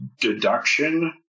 deduction